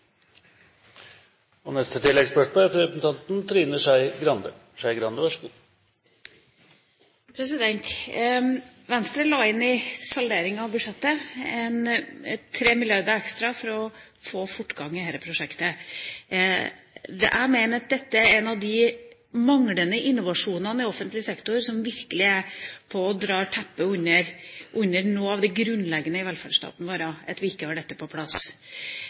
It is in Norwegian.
Trine Skei Grande – til oppfølgingsspørsmål. Venstre la inn 3 mrd. kr ekstra ved salderinga av budsjettet for å få fortgang i dette prosjektet. Jeg mener at det at vi ikke har dette på plass, er en av de manglende innovasjonene i offentlig sektor som virkelig er med på å dra teppet vekk under noe av det grunnleggende i velferdsstaten vår.